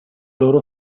loro